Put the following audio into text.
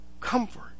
comfort